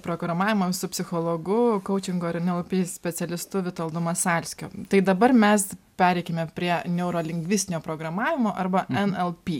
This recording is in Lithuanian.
programavimo su psichologu kaučingo ir nlp specialistu vitoldu masalskiu tai dabar mes pereikime prie neurolingvistinio programavimo arba nlp